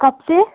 کب سے